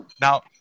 now